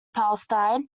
palestine